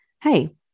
hey